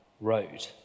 road